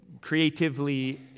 creatively